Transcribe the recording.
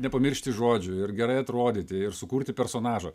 nepamiršti žodžių ir gerai atrodyti ir sukurti personažą